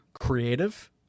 creative